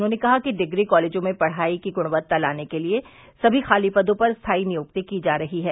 उन्होंने कहा कि डिग्री कॉलेजों में पढ़ायी की गुणवत्ता लाने के लिये सभी खाली पदों पर स्थायी नियुक्ति की जा रही है